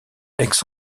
aix